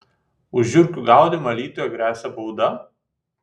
už žiurkių gaudymą alytuje gresia bauda